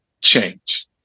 change